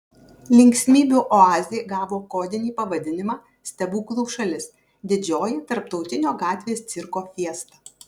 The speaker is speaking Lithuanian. linksmybių oazė gavo kodinį pavadinimą stebuklų šalis didžioji tarptautinio gatvės cirko fiesta